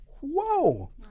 whoa